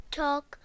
talk